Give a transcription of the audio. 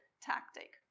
tactic